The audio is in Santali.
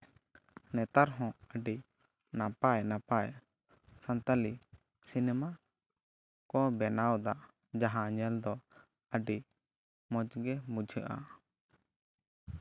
ᱱᱮᱛᱟᱨ ᱦᱚᱸ ᱟᱹᱰᱤ ᱱᱟᱯᱟᱭ ᱱᱟᱯᱟᱭ ᱥᱟᱱᱛᱟᱞᱤ ᱥᱤᱱᱮᱢᱟ ᱠᱚ ᱵᱮᱱᱟᱣᱫᱟ ᱡᱟᱦᱟᱸ ᱧᱮᱞ ᱫᱚ ᱟᱹᱰᱤ ᱢᱚᱡᱽᱜᱮ ᱵᱩᱡᱷᱟᱹᱜᱼᱟ